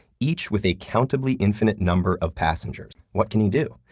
each with a countably infinite number of passengers. what can he do?